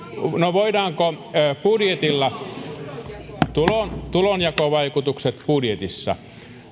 voidaanko budjetilla tulonjakovaikutukset budjetissa